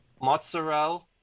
mozzarella